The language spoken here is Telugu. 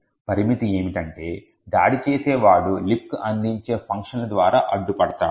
పరిమితి ఏమిటంటే దాడి చేసేవాడు లిబ్క్ అందించే ఫంక్షన్ల ద్వారా అడ్డుపడతాడు